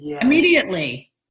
immediately